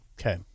Okay